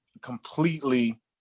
completely